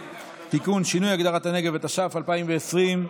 אמרנו: 20,000 שקלים,